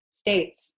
states